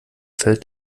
fällt